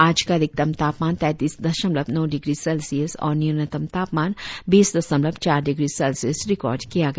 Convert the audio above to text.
आज का अधिकतम तापमान तैतीस दशमलव नौ डिग्री सेस्लियस और न्यूनतम तापमान बीस दशमलव चार डिग्री सेल्सियस रिकॉर्ड किया गया